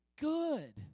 good